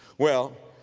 well,